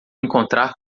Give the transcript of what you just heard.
encontrar